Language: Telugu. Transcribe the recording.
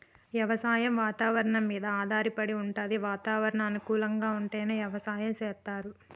వ్యవసాయం వాతవరణం మీద ఆధారపడి వుంటది వాతావరణం అనుకూలంగా ఉంటేనే వ్యవసాయం చేస్తరు